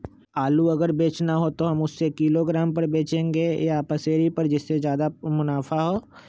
आलू अगर बेचना हो तो हम उससे किलोग्राम पर बचेंगे या पसेरी पर जिससे ज्यादा मुनाफा होगा?